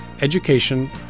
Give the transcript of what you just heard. education